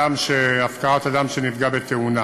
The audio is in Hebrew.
הפקרת אדם שנפגע בתאונה,